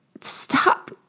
stop